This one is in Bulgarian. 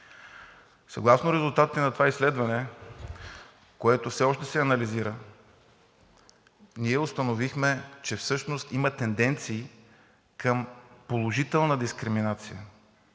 Съгласно резултатите на това изследване, което все още се анализира, ние установихме, че всъщност има тенденции към положителна дискриминация.